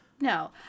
No